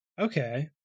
Okay